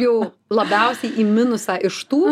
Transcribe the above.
jau labiausiai į minusą iš tų